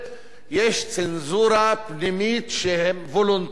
יש צנזורה פנימית וולונטרית